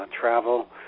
travel